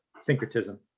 syncretism